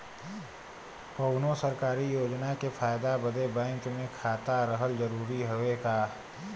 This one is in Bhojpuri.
कौनो सरकारी योजना के फायदा बदे बैंक मे खाता रहल जरूरी हवे का?